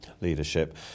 leadership